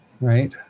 right